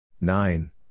Nine